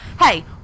hey